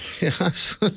Yes